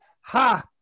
ha